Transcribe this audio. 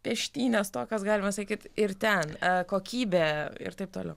peštynės tokios galima sakyt ir ten kokybė ir taip toliau